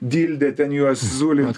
dilde ten juos zulint